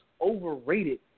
overrated